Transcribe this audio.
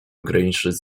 ograniczać